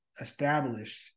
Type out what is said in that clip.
established